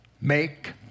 make